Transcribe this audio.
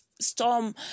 storm